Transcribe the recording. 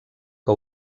que